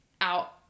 out